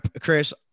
Chris